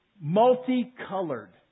multicolored